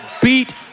beat